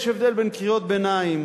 יש הבדל בין קריאות ביניים,